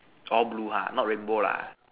all blue ha not rainbow lah